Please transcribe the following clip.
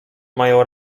mają